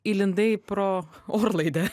įlindai pro orlaidę